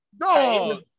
No